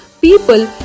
people